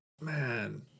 man